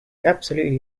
absolutely